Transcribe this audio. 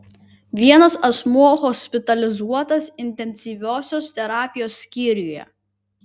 vienas asmuo hospitalizuotas intensyviosios terapijos skyriuje